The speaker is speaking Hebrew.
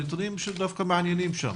הנתונים דווקא מעניינים שם